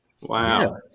Wow